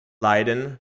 Leiden